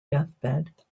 deathbed